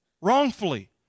Wrongfully